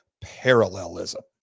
parallelism